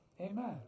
Amen